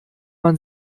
man